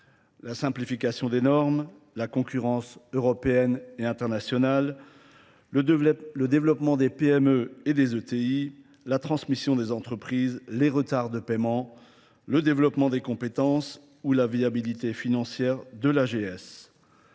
la simplification des normes, la concurrence européenne et internationale, le développement des PME et des ETI, la transmission des entreprises, les retards de paiement, le développement des compétences ou la viabilité financière de l'AGS.